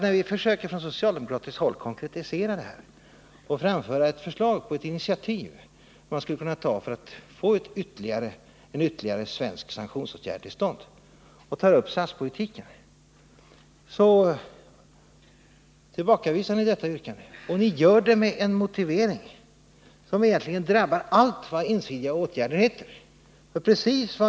När vi från socialdemokratiskt håll försöker konkretisera det hela och framföra förslag till initiativ som man kan ta för att få en ytterligare svensk sanktionsåtgärd till stånd, och då tar upp SAS-politiken, tillbakavisar ni detta yrkande. Och ni gör det med en motivering som egentligen drabbar allt vad ensidiga åtgärder heter.